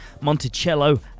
Monticello